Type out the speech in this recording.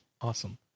Awesome